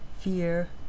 fear